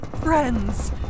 Friends